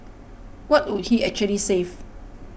what would he actually save